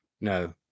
no